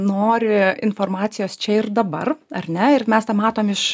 nori informacijos čia ir dabar ar ne ir mes tą matom iš